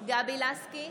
גבי לסקי,